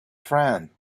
friend